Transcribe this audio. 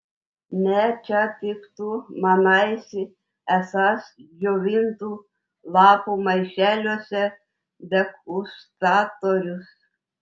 ne čia tik tu manaisi esąs džiovintų lapų maišeliuose degustatorius